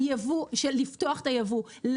לפתוח את הייבוא,